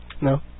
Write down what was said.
No